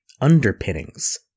underpinnings